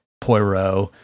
poirot